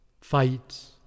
fights